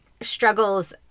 struggles